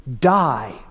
die